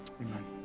Amen